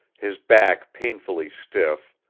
his back painfully stiff,